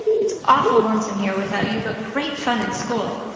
its awful lonesome here without you but grate fun in school.